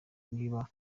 niba